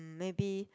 maybe